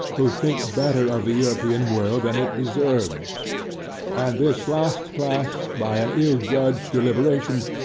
who think better of the european world than it deserves and this last class, by an ill-judged deliberation,